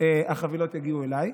החבילות יגיעו אליי.